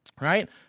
right